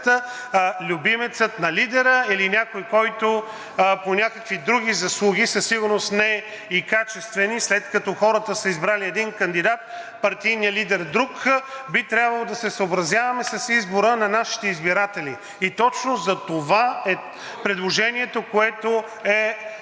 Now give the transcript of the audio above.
любимецът на лидера или някой по някакви други заслуги, със сигурност не и качествени. След като хората са избрали един кандидат, партийният лидер – друг, би трябвало да се съобразяваме с избора на нашите избиратели. Точно затова е предложението, което е